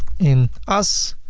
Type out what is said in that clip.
in us,